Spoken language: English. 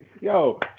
yo